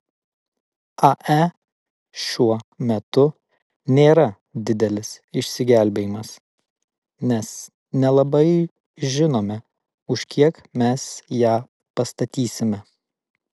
ae šiuo metu nėra didelis išsigelbėjimas nes nelabai žinome už kiek mes ją pastatysime